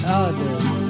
others